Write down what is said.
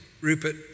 Rupert